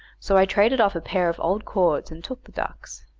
so i traded off a pair of old cords and took the ducks.